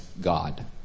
God